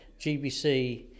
GBC